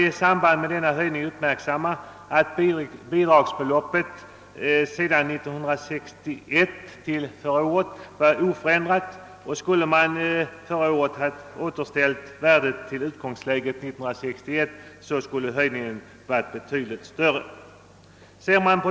I samband med denna höjning bör uppmärksammas att bidragsbeloppet under åren 1961—1968 varit oförändrat. För att man förra året skulle ha återställt värdet till utgångsläget år 1961, skulle höjningen ha varit betydligt större.